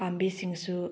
ꯄꯥꯝꯕꯤꯁꯤꯡꯁꯨ